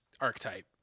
archetype